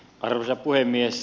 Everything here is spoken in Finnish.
arvoisa puhemies